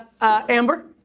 Amber